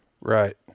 Right